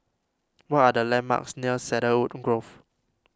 what are the landmarks near Cedarwood Grove